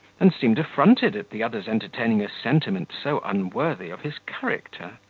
and seemed affronted at the other's entertaining a sentiment so unworthy of his character.